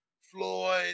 Floyd